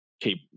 keep